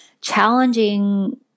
challenging